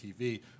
TV